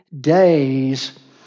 days